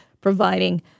providing